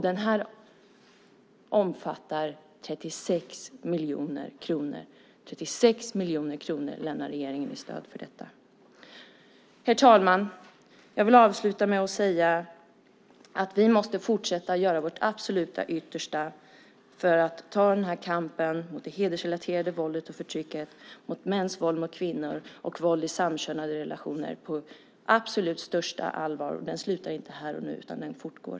Det här omfattar 36 miljoner kronor som regeringen lämnar i stöd för detta. Herr talman! Jag vill avsluta med att säga att vi måste fortsätta att göra vårt absolut yttersta för att ta kampen mot det hedersrelaterade våldet och förtrycket, mot mäns våld mot kvinnor och våld i samkönade relationer på absolut största allvar. Den slutar inte här och nu, utan den fortgår.